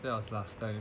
that was last time